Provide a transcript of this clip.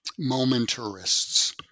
momentarists